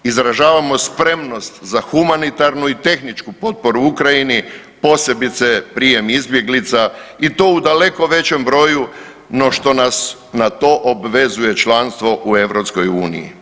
Izražavamo spremnost za humanitarnu i tehničku potporu Ukrajini, posebice prijem izbjeglica i to u daleko većem broju no što nas na to obvezuje članstvo u EU.